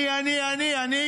אני, אני, אני.